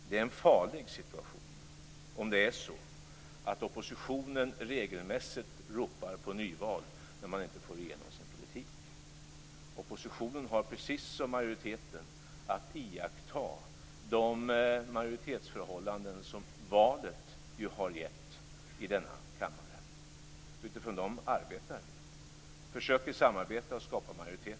Det är en farlig situation om det är så att oppositionen regelmässigt ropar på nyval när man inte får igenom sin politik. Oppositionen har precis som majoriteten att iaktta de majoritetsförhållanden som valet har gett i denna kammare. Utifrån dem arbetar vi med försök till samarbete för att skapa majoriteter.